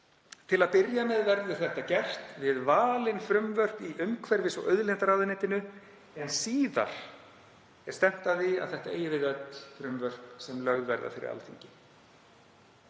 „Til að byrja með verður þetta gert við valin frumvörp í umhverfis- og auðlindaráðuneytinu en síðar er stefnt að því að þetta eigi við um öll frumvörp sem lögð verða fyrir Alþingi.“